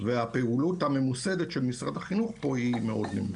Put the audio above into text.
והפעילות הממוסדת של משרד החינוך פה היא מאוד נמוכה.